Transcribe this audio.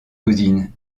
cousine